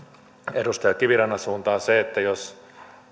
edustaja kivirannan suuntaan se että jos